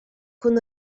con